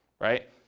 right